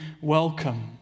welcome